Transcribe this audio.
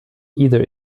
either